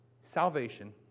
Salvation